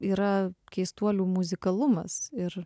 yra keistuolių muzikalumas ir